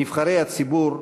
נבחרי הציבור,